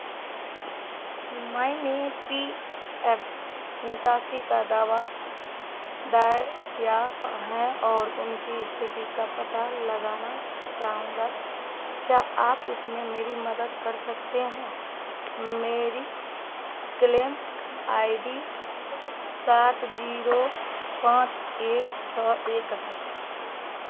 मैंने पी एफ निकासी का दावा दायर किया है और उनकी स्थिति का पता लगाना चाहूँगा क्या आप इसमें मेरी मदद कर सकते हैं मेरी क्लेम आई डी सात जीरो पाँच एक छः एक है